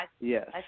Yes